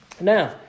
Now